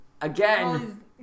Again